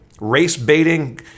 race-baiting